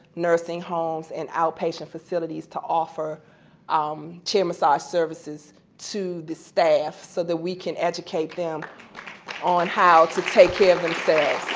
nursing homes, and outpatient facilities to offer um chair massage services to the staff so that we can educate them on how to take care